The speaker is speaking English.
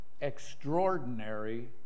extraordinary